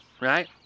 right